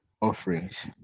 Offerings